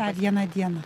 tą vieną dieną